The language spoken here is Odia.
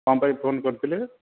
କ'ଣ ପାଇଁ ଫୋନ କରିଥିଲେ